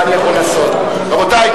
רבותי,